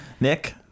Nick